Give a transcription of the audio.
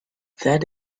that